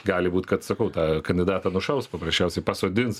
gali būt kad sakau tą kandidatą nušaus paprasčiausiai pasodins